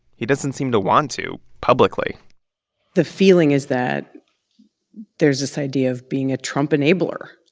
he doesn't seem to want to publicly the feeling is that there's this idea of being a trump enabler,